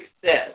success